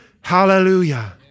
Hallelujah